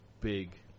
big